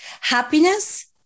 Happiness